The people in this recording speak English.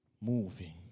moving